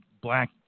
black